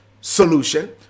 solution